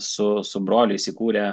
su su broliais įkūrė